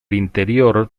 interior